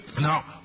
Now